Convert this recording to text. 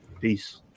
Peace